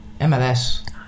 MLS